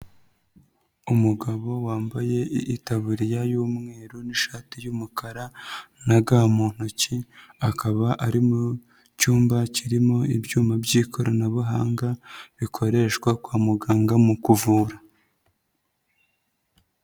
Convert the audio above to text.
Umugabo wambaye itaburiya y'umweru n'ishati y'umukara na ga mu ntoki, akaba ari mu cyumba kirimo ibyuma by'ikoranabuhanga bikoreshwa kwa muganga mu kuvura.